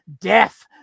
death